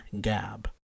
Gab